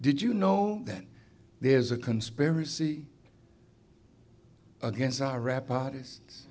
did you know that there's a conspiracy against our rap artist